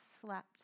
slept